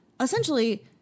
essentially